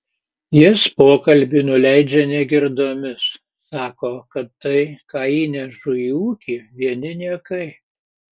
jis pokalbį nuleidžia negirdomis sako kad tai ką įnešu į ūkį vieni niekai